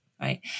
right